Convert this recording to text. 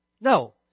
no